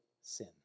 sin